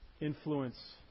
influence